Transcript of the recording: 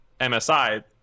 MSI